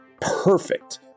perfect